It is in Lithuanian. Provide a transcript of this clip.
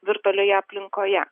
virtualioje aplinkoje